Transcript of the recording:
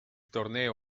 torneo